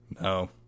No